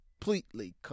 completely